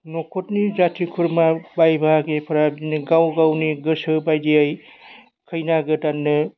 न'खरनि जाथि खुरमा बाय बाहागिफोरा बिदिनो गाव गावनि गोसो बायदियै खैना गोदाननो